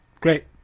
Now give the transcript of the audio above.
Great